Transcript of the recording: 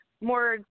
more